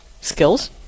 skills